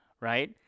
right